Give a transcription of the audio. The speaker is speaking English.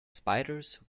spiders